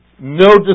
No